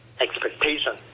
expectation